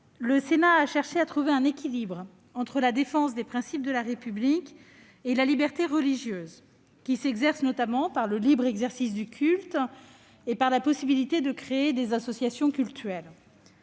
le Sénat a cherché à trouver un équilibre entre la défense des principes de la République et la liberté religieuse, qui s'exerce notamment par le libre exercice du culte et par la possibilité de créer des associations cultuelles.